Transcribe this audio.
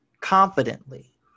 confidently